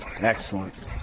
Excellent